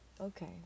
okay